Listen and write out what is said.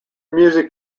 music